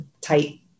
tight